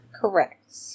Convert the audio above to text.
Correct